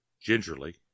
Gingerly